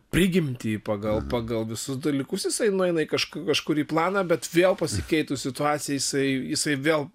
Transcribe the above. prigimtį pagal pagal visus dalykus jisai nueina į kažkurį planą bet vėl pasikeitus situacijai jisai jisai vėl